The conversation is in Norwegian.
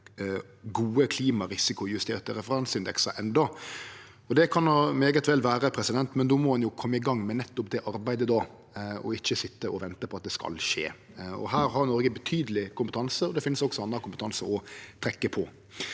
gode, klimarisikojusterte referanseindeksar enno. Det kan vel vere, men då må ein kome i gang med nettopp det arbeidet, og ikkje sitje og vente på at det skal skje. Her har Noreg betydeleg kompetanse, og det finst også anna kompetanse å trekke på.